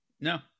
no